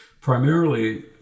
primarily